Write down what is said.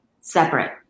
separate